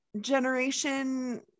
generation